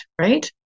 right